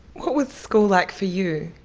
what was school like for you?